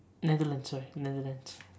Netherlands sorry Netherlands